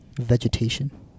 Vegetation